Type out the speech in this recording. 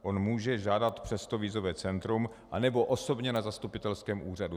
On může žádat přes to vízové centrum, anebo osobně na zastupitelském úřadě.